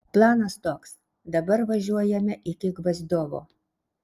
planas toks dabar važiuojame iki gvozdiovo